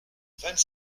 vingt